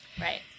Right